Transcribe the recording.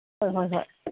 ꯍꯣꯏ ꯍꯣꯏ ꯍꯣꯏ